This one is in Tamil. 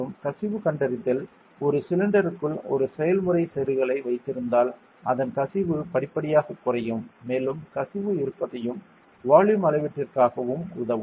மற்றும் கசிவு கண்டறிதல் ஒரு சிலிண்டருக்குள் ஒரு செயல்முறை செருகலை வைத்திருந்தால் அதன் கசிவு படிப்படியாக குறையும் மேலும் கசிவு இருப்பதையும் வால்யூம் அளவீட்டிற்காகவும் உதவும்